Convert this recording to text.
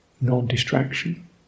non-distraction